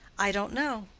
i don't know.